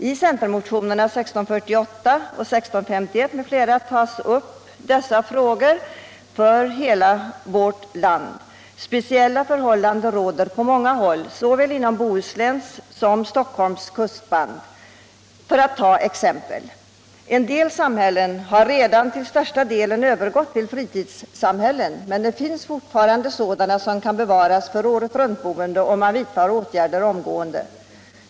I centermotionerna 1648 och 1651 tas dessa frågor upp för hela vårt land. Speciella förhållanden råder på många håll, inom såväl Bohusläns som Stockholms kustband. Ett exempel. En del samhällen har redan till största delen övergått till fritidssamhällen. Men det finns fortfarande sådana som kan bevaras för året-runt-boende om man vidtar åtgärder omgående.